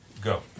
Go